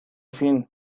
fin